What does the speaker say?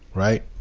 right?